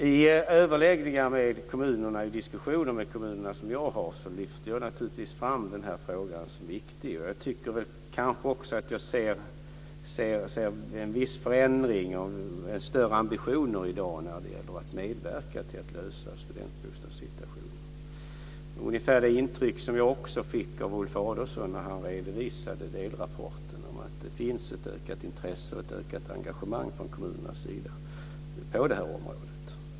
I de överläggningar och diskussioner som jag har med kommunerna lyfter jag naturligtvis fram denna fråga som viktig. Jag tycker kanske också att jag ser en viss förändring och större ambitioner i dag när det gäller att medverka till att lösa studentbostadssituationen. Det ungefärliga intryck som jag fick av Ulf Adelsohns redovisning av delrapporten är att det finns ett ökat intresse och ett ökat engagemang från kommunernas sida på detta område.